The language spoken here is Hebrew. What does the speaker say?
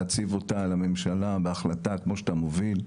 להציג אותה לממשלה בהחלטה כמו שאתה מוביל,